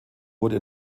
wurde